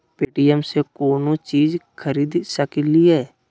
Paytm से कौनो चीज खरीद सकी लिय?